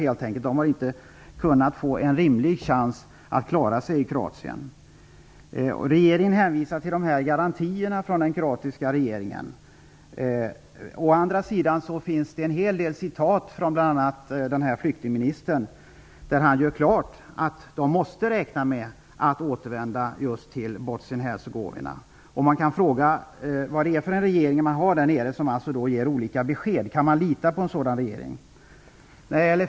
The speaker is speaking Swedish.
De har inte fått en rimlig chans att klara sig i Kroatien. Regeringen hänvisar till garantierna från den kroatiska regeringen. Det finns å andra sidan en hel del citat från bl.a. flyktingministern där det görs klart att de måste räkna med att återvända till Bosnien Hercegovina. Man kan fråga sig vad det är för regering de har där nere som ger så olika besked. Kan man lita på en sådan regering?